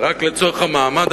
רק לצורך המעמד,